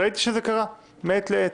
ראיתי שזה קרה מעת לעת.